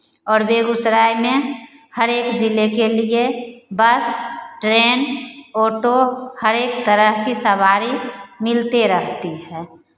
और बेगूसराय में हरेक जिले के लिए बस ट्रेन ऑटो हरेक तरह की सवारी मिलते रहती है